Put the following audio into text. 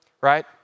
right